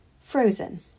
Frozen